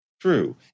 true